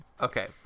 Okay